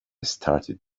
started